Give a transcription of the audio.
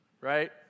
Right